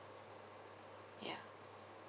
yeah